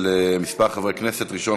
מס' 6061,